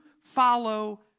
follow